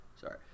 Sorry